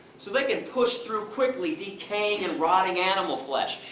so they can push through quickly, decaying and rotting animal flesh.